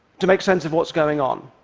to make sense of what's going on,